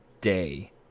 day